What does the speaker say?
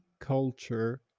culture